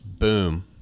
boom